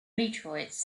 meteorites